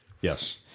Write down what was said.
Yes